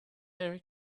merry